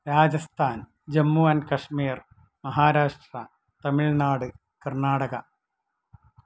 Rajasthan Jammu and Kashmir Maharashtra Tamil Nadu Karnataka